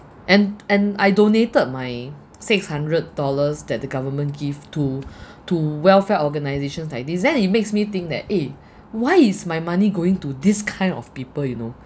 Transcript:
and and I donated my six hundred dollars that the government give to to welfare organisations like these then it makes me think that eh why is my money going to this kind of people you know